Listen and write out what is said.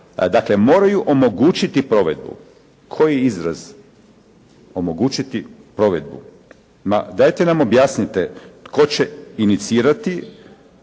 Dakle, moraju omogućiti provedbu. Koji izraz, omogućiti provedbu? Ma dajte nam objasnite tko će inicirati,